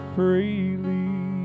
freely